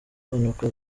mpanuka